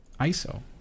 ISO